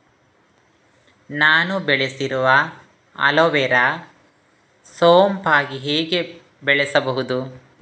ನಾನು ಬೆಳೆಸಿರುವ ಅಲೋವೆರಾ ಸೋಂಪಾಗಿ ಹೇಗೆ ಬೆಳೆಸಬಹುದು?